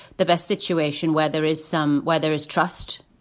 the best situation where there is some where there is trust